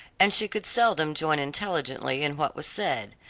and she could seldom join intelligently in what was said,